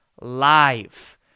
live